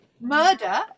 murder